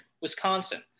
Wisconsin